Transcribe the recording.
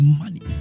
money